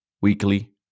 weekly